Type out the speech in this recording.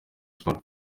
sports